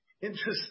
interesting